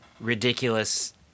ridiculous